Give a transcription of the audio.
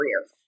career